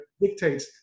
dictates